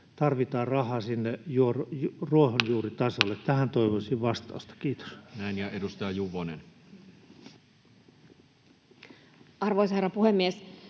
Tarvitaan rahaa sinne ruohonjuuritasolle. Tähän toivoisin vastausta. — Kiitos. Näin. — Edustaja Juvonen. Arvoisa herra puhemies!